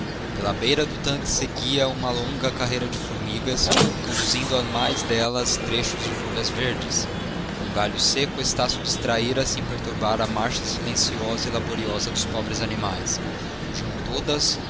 pela beira do tanque seguia uma longa carreira de formigas conduzindo as mais delas trechos de folhas verdes com um galho seco estácio distraía se em perturbar a marcha silenciosa e laboriosa dos pobres animais fugiam todas